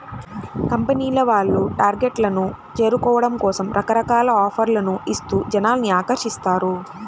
కంపెనీల వాళ్ళు టార్గెట్లను చేరుకోవడం కోసం రకరకాల ఆఫర్లను ఇస్తూ జనాల్ని ఆకర్షిస్తారు